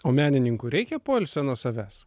o menininkui reikia poilsio nuo savęs